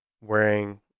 wearing